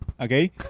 Okay